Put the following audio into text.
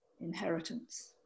inheritance